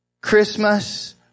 Christmas